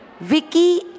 Vicky